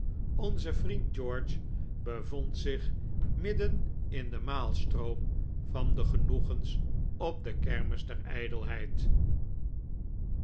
onze vriend george bevond zich midden in den maalstroom van de genoegens op de kermis der